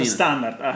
standard